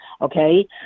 Okay